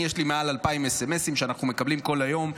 יש לי מעל 2,000 סמ"ס, שאנחנו מקבלים כל היום.